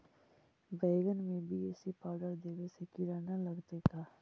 बैगन में BAC powder देबे से किड़ा न लगतै का?